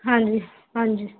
ਹਾਂਜੀ ਹਾਂਜੀ